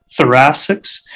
thoracics